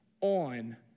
on